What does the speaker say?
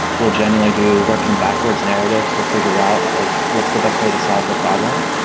we'll generally do working backwards narratives to figure out like what's the best way to solve the problem.